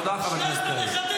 אתה לא מתבייש?